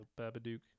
Babadook